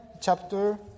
chapter